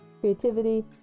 creativity